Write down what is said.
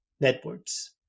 networks